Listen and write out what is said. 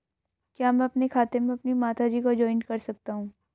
क्या मैं अपने खाते में अपनी माता जी को जॉइंट कर सकता हूँ?